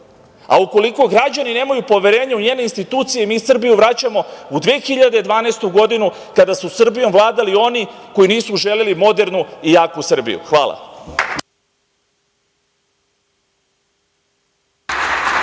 a ukoliko građani nemaju poverenja u njene istitucije, mi Srbiju vraćamo u 2012. godinu kada su Srbijom vladali oni koji nisu želeli modernu i jaku Srbiju. Hvala.